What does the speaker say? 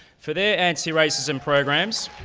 for their anti-racism programs,